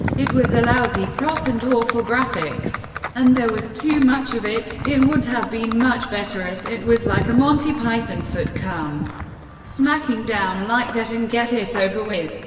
it was a lousy prop and awful graphics and there was too much of it it would have been much better if it was like a monty python foot come smacking down like that and get it over with.